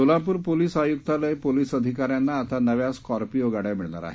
Solapur police आयुक्तालयात police अधिकाऱ्यांना आता नव्या स्कार्पिओ गाड्या मिळणार आहेत